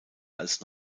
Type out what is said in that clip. als